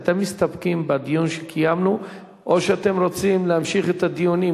אתם מסתפקים בדיון שקיימנו או שאתם רוצים להמשיך את הדיונים,